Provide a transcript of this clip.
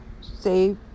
Say